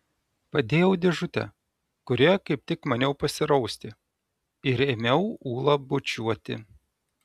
padėjau dėžutę kurioje kaip tik maniau pasirausti ir ėmiau ulą bučiuoti